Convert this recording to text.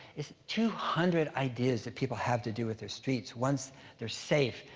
is two hundred ideas that people have to do with their streets once they're safe,